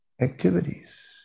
activities